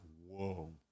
whoa